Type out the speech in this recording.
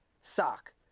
sock